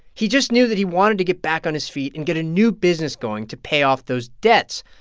he just knew that he wanted to get back on his feet and get a new business going to pay off those debts.